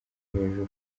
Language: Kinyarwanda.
hejuru